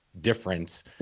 difference